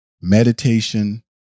meditation